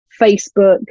Facebook